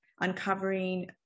uncovering